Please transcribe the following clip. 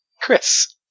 Chris